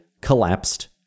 collapsed